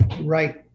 right